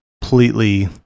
completely